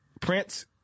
Prince